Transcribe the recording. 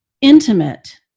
intimate